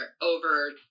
over